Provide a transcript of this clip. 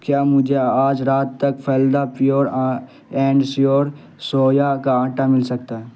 کیا مجھے آج رات تک پھلدا پیور اینڈ شیور سویا کا آٹا مل سکتا ہے